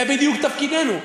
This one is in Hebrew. זה בדיוק תפקידנו.